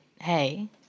hey